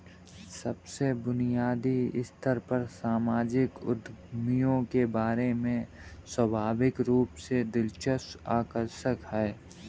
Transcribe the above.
सबसे बुनियादी स्तर पर सामाजिक उद्यमियों के बारे में स्वाभाविक रूप से दिलचस्प आकर्षक है